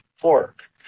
pork